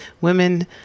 women